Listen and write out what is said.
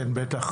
כן, בטח.